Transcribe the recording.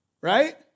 right